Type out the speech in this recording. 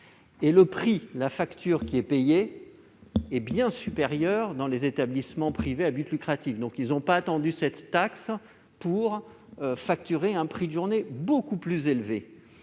Or le prix de l'hébergement est bien supérieur dans les établissements privés à but lucratif. Ces derniers n'ont donc pas attendu cette taxe pour facturer un prix de journée beaucoup plus élevé.